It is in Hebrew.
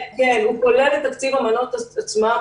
כן, הוא כולל את תקציב המנות עצמן.